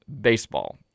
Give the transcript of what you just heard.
baseball